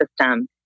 system